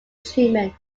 treatment